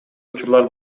учурлар